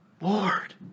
Lord